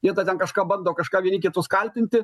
jie ten kažką bando kažką vieni kitus kaltinti